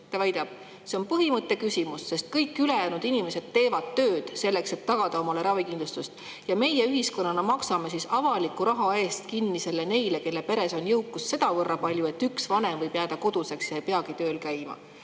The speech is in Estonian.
Ta väidab, et see on põhimõtte küsimus, sest kõik ülejäänud inimesed teevad tööd selleks, et tagada omale ravikindlustus, ja meie ühiskonnana maksame avaliku raha eest kinni selle neile, kelle peres on jõukust sedavõrd palju, et üks vanem võib jääda koduseks ja ei peagi tööl käima.